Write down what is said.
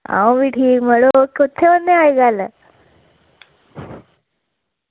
अ'ऊं बी ठीक मड़ो अज्जकल कुत्थे होन्ने अज्जकल